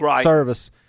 service